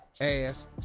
ass